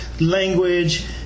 language